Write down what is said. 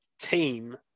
team